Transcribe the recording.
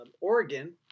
Oregon